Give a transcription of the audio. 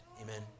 Amen